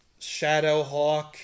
Shadowhawk